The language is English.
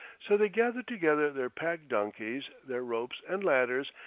so they gathered together their pack-donkeys, their ropes and ladders,